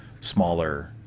smaller